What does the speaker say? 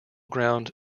ground